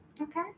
okay